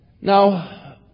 Now